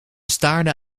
staarde